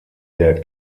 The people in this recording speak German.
der